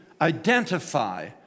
identify